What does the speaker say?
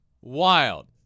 wild